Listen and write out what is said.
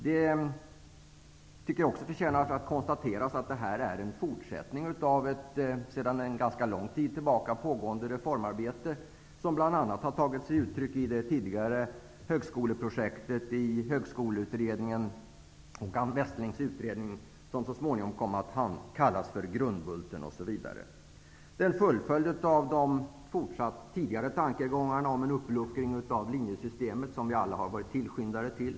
Man kan också konstatera att detta är en fortsättning på ett, sedan en ganska lång tid tillbaka, pågående reformarbete som bl.a. har tagit sig uttryck i det tidigare högskoleprojektet i Det är en fullföljning av de tidigare tankegångarna om en uppluckring av linjesystemet. Det har vi alla varit tillskyndare till.